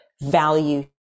value